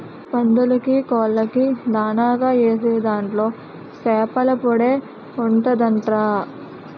పందులకీ, కోళ్ళకీ దానాగా ఏసే దాంట్లో సేపల పొడే ఉంటదంట్రా